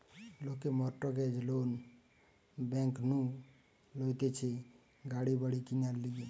লোকে mortgage loan bank নু লইতেছে গাড়ি বাড়ি কিনার লিগে